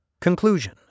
Conclusion